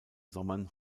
sommern